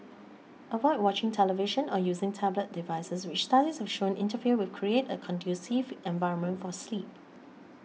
avoid watching television or using tablet devices which studies have shown interfere with Create a conducive environment for sleep